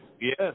Yes